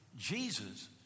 Jesus